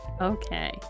okay